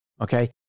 okay